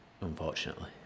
unfortunately